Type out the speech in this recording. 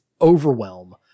overwhelm